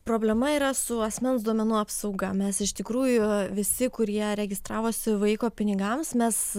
problema yra su asmens duomenų apsauga mes iš tikrųjų visi kurie registravosi vaiko pinigams mes